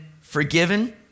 forgiven